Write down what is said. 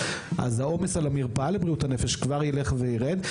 אז העומס על המרפאה לבריאות הנפש כבר ילך וירד.